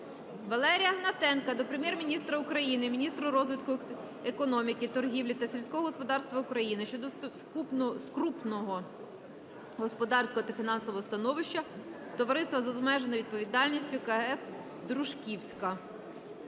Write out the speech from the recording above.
Валерія Гнатенка до Прем'єр-міністра України, міністра розвитку економіки, торгівлі та сільського господарства України щодо скрутного господарського та фінансового становища товариства з обмеженою відповідальністю "КФ "Дружківська".